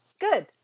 good